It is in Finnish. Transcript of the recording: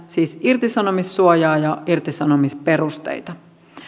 siis heikennetään irtisanomissuojaa ja irtisanomisperusteita